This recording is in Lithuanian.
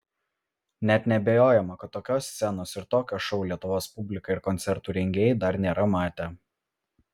net neabejojama kad tokios scenos ir tokio šou lietuvos publika ir koncertų rengėjai dar nėra matę